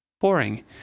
Boring